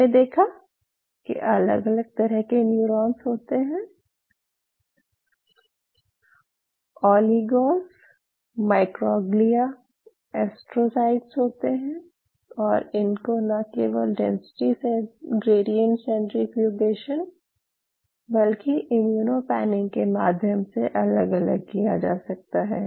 हमने देखा कि अलग अलग तरह के न्यूरॉन्स होते हैं ऑलिगोस माइक्रोग्लिया एस्ट्रोसाइट्स होते हैं और इनको न केवल डेंसिटी ग्रेडिएंट सेंटरीफुगेशन बल्कि इम्यूनो पैनिंग के माध्यम से अलग अलग किया जा सकता है